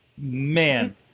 man